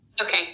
Okay